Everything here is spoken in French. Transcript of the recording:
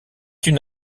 une